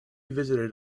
visited